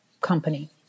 company